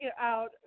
out